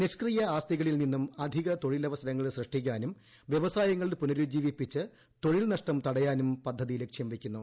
നിഷ്ക്രിയ ആസ്തികളിൽ നിന്നും അധിക തൊഴിലവസരങ്ങൾ സൃഷ്ടിക്കാനും വ്യവസായങ്ങൾ പുനരുജ്ജീവിപ്പിച്ച് തൊഴിൽ നഷ്ടം തടയാനും പദ്ധതി ലക്ഷ്യംവയ്ക്കുന്നു